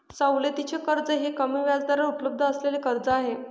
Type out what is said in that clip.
सवलतीचे कर्ज हे कमी व्याजदरावर उपलब्ध असलेले कर्ज आहे